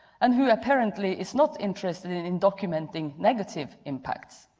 and who apparently is not interested in documenting negative impacts.